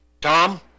Tom